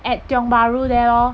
at tiong bahru there lor